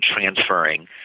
transferring